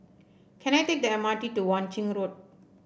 can I take the M R T to Wang Ching Road